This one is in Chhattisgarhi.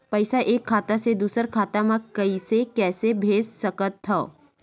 पईसा एक खाता से दुसर खाता मा कइसे कैसे भेज सकथव?